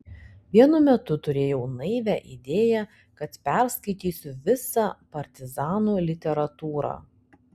vienu metu turėjau naivią idėją kad perskaitysiu visą partizanų literatūrą